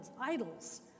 idols